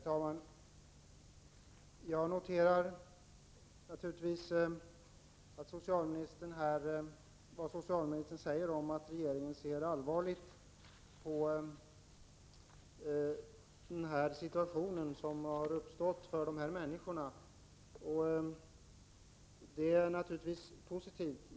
Herr talman! Jag noterar naturligtvis vad socialministern säger om att regeringen ser allvarligt på den situation som har uppstått för dessa människor. Hennes uttalande är naturligtvis positivt.